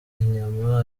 inyama